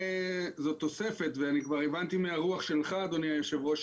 זאת תוספת ואני כבר הבנתי מהרוח שלך אדוני יושב הראש,